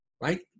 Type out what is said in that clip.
right